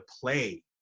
play